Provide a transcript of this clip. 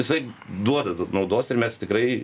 jisai duoda naudos ir mes tikrai